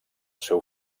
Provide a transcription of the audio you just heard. seu